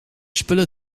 spullen